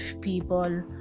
people